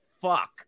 fuck